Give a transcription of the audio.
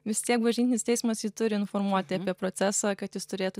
vis tiek bažnytinis teismas jį turi informuoti apie procesą kad jis turėtų